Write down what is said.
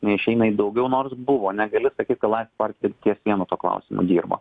neišeina į daugiau nors buvo negali sakyt kad laisvės partija ties vienu tuo klausimu dirbo